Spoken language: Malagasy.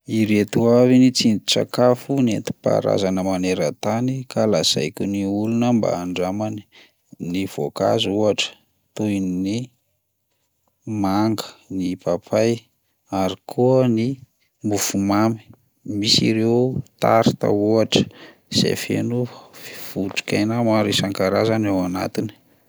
Ireto avy ny tsindrin-tsakafo nentim-paharazana maneran-tany ka lazaiko ny olona mba handramany: ny voankazo ohatra toy ny manga, ny papay ary koa ny mofomamy, misy ireo tarte ohatra zay feno f- otrikaina maro isan-karazany ao anatiny.